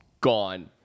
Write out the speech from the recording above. gone